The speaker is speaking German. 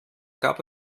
gab